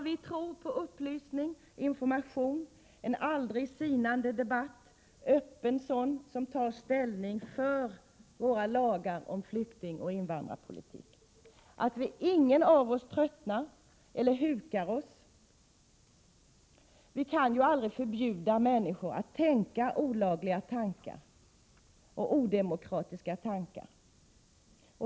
Vi tror på upplysning och information, en aldrig sinande debatt — en öppen sådan — som tar ställning för våra lagar om flyktingoch invandrarpolitik. Ingen av oss får tröttna eller huka sig. Vi kan ju aldrig förbjuda människor att tänka olagliga tankar och odemokratiska tankar.